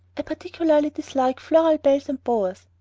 i particularly dislike floral bells and bowers.